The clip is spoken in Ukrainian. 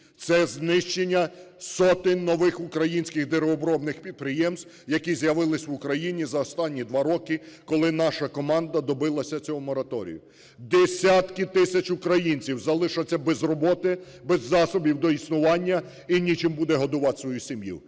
це знищення сотень нових українських деревообробних підприємств, які з'явилися в Україні за останні два роки, коли наша команда добилася цього мораторію. Десятки тисяч українців залишаться без роботи, без засобів до існування і нічим буде годувати свою сім'ю